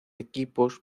equipos